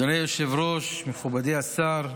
אדוני היושב-ראש, מכובדי השר,